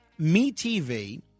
MeTV